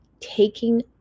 taking